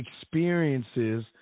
experiences